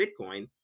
bitcoin